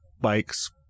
bikes